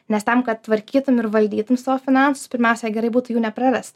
nes tam kad tvarkytum ir valdytum savo finansus pirmiausia gerai būtų jų neprarast